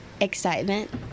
Excitement